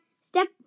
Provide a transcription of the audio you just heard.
step